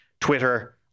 Twitter